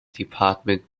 department